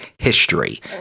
history